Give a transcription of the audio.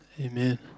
Amen